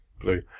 Blue